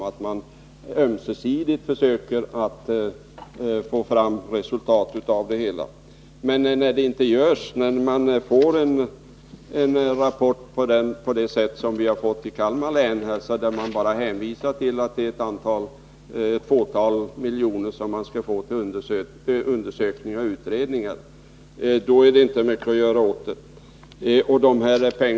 Man måste ömsesidigt försöka få fram resultat av det hela. Men så är ju inte alltid fallet, utan det kan bli som i Kalmar län, där rapporten bara resulterade i att regeringen hänvisade till att länet skulle få ett fåtal miljoner till undersökningar och utredningar. Då är det inte mycket man kan göra.